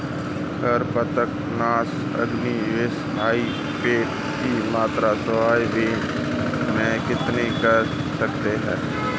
खरपतवार नाशक organic hybrid की मात्रा सोयाबीन में कितनी कर सकते हैं?